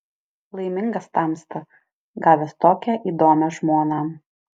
laimingas tamsta gavęs tokią įdomią žmoną